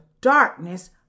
darkness